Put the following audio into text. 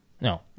No